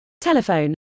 Telephone